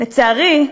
לצערי,